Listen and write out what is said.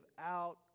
out